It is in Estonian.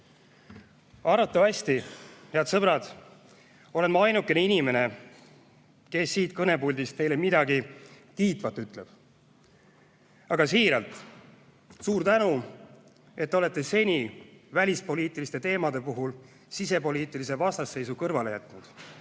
Arvatavasti, head sõbrad, olen ma ainuke inimene, kes siit kõnepuldist teile midagi kiitvat ütleb. Aga siiralt: suur tänu, et te olete seni välispoliitiliste teemade puhul sisepoliitilise vastasseisu kõrvale jätnud